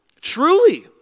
Truly